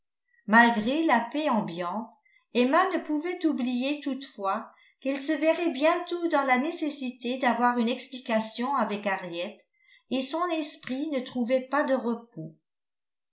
malgré la paix ambiante emma ne pouvait oublier toutefois qu'elle se verrait bientôt dans la nécessité d'avoir une explication avec harriet et son esprit ne trouvait pas de repos